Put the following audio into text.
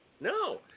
No